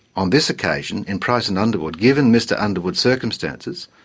on this occasion, in price and underwood, given mr underwood's circumstances,